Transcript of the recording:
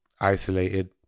Isolated